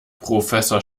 professor